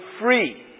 free